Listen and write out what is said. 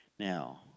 Now